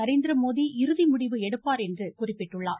நரேந்திரமோடி இறுதி முடிவு எடுப்பார் என்று குறிப்பிட்டுள்ளார்